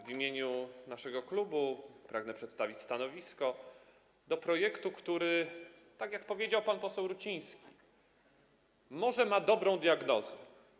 W imieniu naszego klubu pragnę przedstawić stanowisko odnośnie do projektu, który - tak jak powiedział pan poseł Ruciński - może ma dobrą diagnozę.